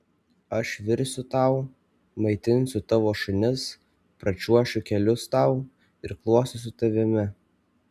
aš virsiu tau maitinsiu tavo šunis pračiuošiu kelius tau irkluosiu su tavimi